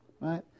right